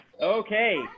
okay